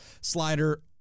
slider